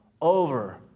over